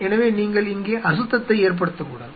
எனவே நீங்கள் இங்கே அசுத்தத்தை ஏற்படுத்தக்கூடாது